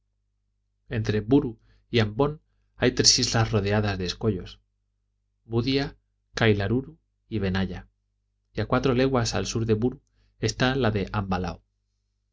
entre buru y ambón hay tres islas rodeadas de escollos vudia kailaruru y vena allá y a cuatro leguas al sur de buru está la de ambalao